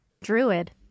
Druid